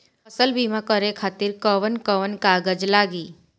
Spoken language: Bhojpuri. फसल बीमा करे खातिर कवन कवन कागज लागी?